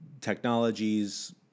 technologies